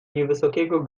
niewysokiego